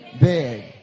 big